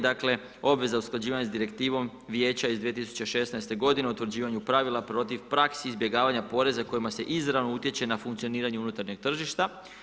Dakle, obveze usklađivanja s direktivom, vijeća iz 2016. g. o utvrđivanju pravila protiv praksi izbjegavanja poreza kojima se izravno utječe na funkcioniranje unutarnjih tržišta.